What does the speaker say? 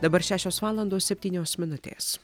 dabar šešios valandos septynios minutės